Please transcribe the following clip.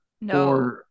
No